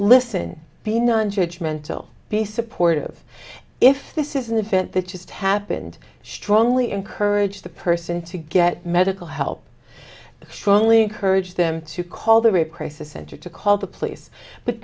listen be nonjudgmental be supportive if this is an event that just happened strongly encourage the person to get medical help strongly encourage them to call the rape crisis center to call the police but